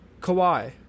Kawhi